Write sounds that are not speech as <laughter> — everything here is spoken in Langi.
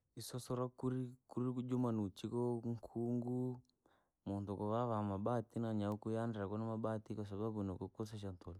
Isoso roo kurii, kurii kujumaa nauchukuu nkunguu, muntu kuvaavaa mabati na nyau kuyendera kumu mabati kwasababu inokunkosesha ntu-. <unintelligible>